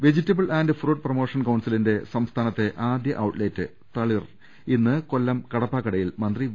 vegetable and fruit promotion കൌൺസിലിന്റെ സംസ്ഥാ നത്തെ ആദ്യ ഔട്ട്ലെറ്റ് തളിർ ഇന്ന് കൊല്ലം കടപ്പാക്കടയിൽ മന്ത്രി വി